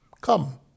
Come